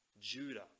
judah